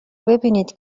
ببینید